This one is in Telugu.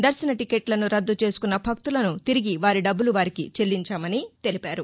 దర్శన టీకెట్లను రద్దు చేసుకున్న భక్తులకు తిరిగి వారి డబ్బులు వారికి చెల్లించామని తెలిపారు